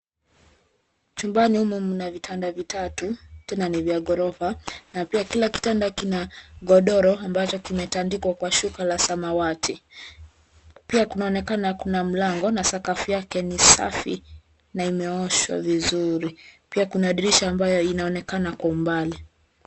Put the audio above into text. Chumbani humu mna vitanda vitatu tena ni vya ghorofa na pia kila kitanda kina godoro ambacho kimetandikwa kwa shuka la samawati. Pia kunaonekana kuna mlango na sakafu yake ni safi na imeoshwa vizuri. Pia kuna dirisha ambayo inaonekana kwa umbali.